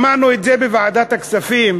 שמענו את זה בוועדת הכספים,